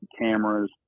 cameras